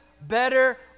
Better